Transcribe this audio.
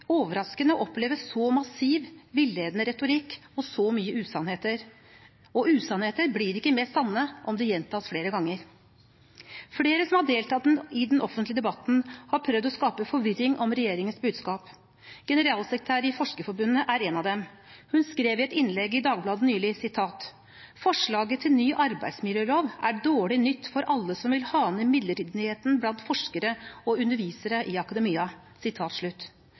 overraskende å oppleve så massiv, villedende retorikk og så mye usannheter. Usannheter blir ikke mer sanne om de gjentas flere ganger. Flere som har deltatt i den offentlige debatten, har prøvd å skape forvirring om regjeringens budskap. Generalsekretæren i Forskerforbundet er en av dem. Hun skrev i et innlegg i Dagbladet nylig: «Forslaget til ny arbeidsmiljølov er dårlig nytt for alle som vil ha ned midlertidigheten blant forskere og undervisere i akademia.»